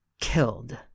killed